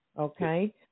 Okay